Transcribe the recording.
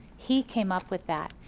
he came up with that.